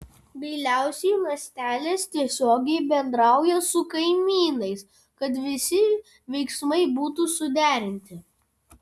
galiausiai ląstelės tiesiogiai bendrauja su kaimynais kad visi veiksmai būtų suderinti